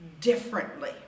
differently